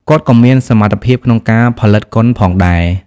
គាត់ក៏មានសមត្ថភាពក្នុងការផលិតកុនផងដែរ។